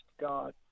God